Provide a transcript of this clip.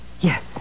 Yes